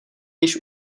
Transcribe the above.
již